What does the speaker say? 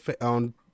on